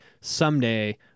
someday